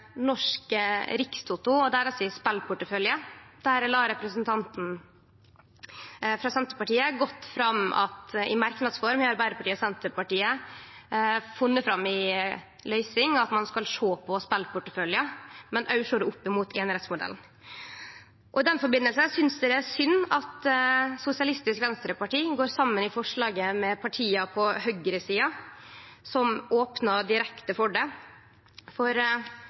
Norsk Rikstoto og deira spelportefølje. Representanten for Senterpartiet la godt fram at i merknads form har Arbeidarpartiet og Senterpartiet funne fram til ei løysing om at ein skal sjå på spelporteføljen, men òg sjå det opp mot einerettsmodellen. I den samanhengen synest eg det er synd at Sosialistisk Venstreparti går saman med partia på høgresida i forslaget som opnar direkte for det. I SVs eige partiprogram er dei for